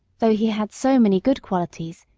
though he had so many good qualities,